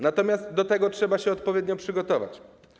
Natomiast do tego trzeba się odpowiednio przygotować.